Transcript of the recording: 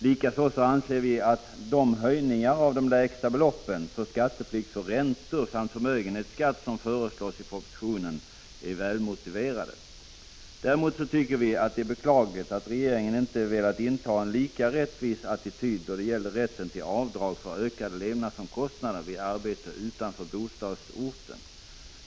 Likaså anser vi att höjningarna av de lägsta beloppen för skatteplikt för räntor samt förmögenhetsskatt som föreslås i propositionen är välmotiverade. Däremot tycker vi att det är beklagligt att regeringen inte velat inta en lika rättvis attityd då det gäller rätten till avdrag för ökade levnadsomkostnader vid arbete utanför bostadsorten.